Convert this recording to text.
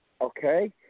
okay